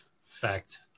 fact